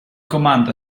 comando